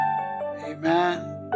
amen